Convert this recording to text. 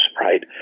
right